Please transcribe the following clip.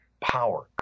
power